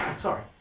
sorry